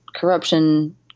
corruption